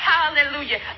Hallelujah